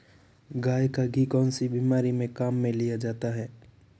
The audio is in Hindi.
गाय का घी कौनसी बीमारी में काम में लिया जाता है?